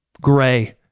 gray